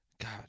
God